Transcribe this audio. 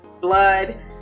blood